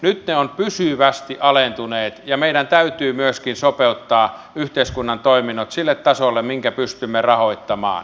nyt ne ovat pysyvästi alentuneet ja meidän täytyy myöskin sopeuttaa yhteiskunnan toiminnot sille tasolle minkä pystymme rahoittamaan